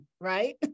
right